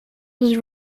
was